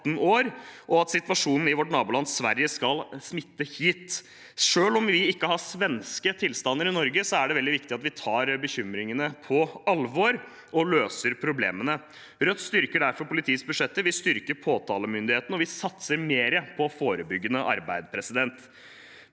og at situasjonen i vårt naboland Sverige skal smitte hit. Selv om vi ikke har svenske tilstander i Norge, er det veldig viktig at vi tar bekymringene på alvor og løser problemene. Vi i Rødt styrker derfor politiets budsjetter, vi styrker påtalemyndigheten, og vi satser mer på forebyggende arbeid.